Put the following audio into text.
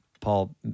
Paul